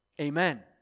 Amen